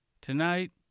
Tonight